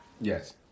Yes